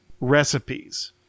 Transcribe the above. recipes